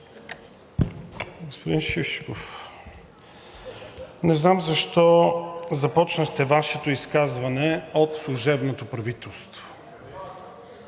Господин Шишков, не знам защо започнахте Вашето изказване от служебното правителство.